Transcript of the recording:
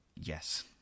Yes